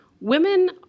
women